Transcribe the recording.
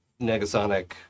negasonic